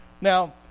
Now